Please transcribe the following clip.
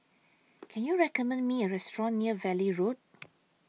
Can YOU recommend Me A Restaurant near Valley Road